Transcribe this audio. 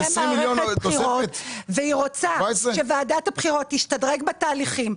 מערכת בחירות והיא רוצה שוועדת הבחירות תשתדרג בתהליכים,